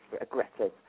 aggressive